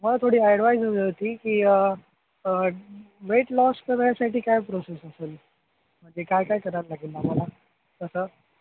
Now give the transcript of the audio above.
हो थोडी ॲडवाईज हवी होती की वेट लॉस करायसाठी काय प्रोसेस असेल म्हणजे काय काय करावं लागेल मला तसं